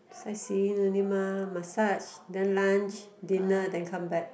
sightseeing only mah massage then lunch dinner then come back